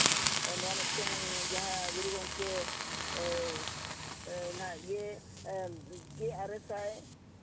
ᱱᱚᱣᱟ ᱢᱤᱫᱴᱮᱱ ᱡᱟᱦᱟᱸ ᱜᱩᱨᱩ ᱜᱚᱢᱠᱮ ᱜᱮ ᱟᱨᱮ ᱥᱟᱭ